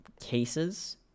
cases